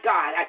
God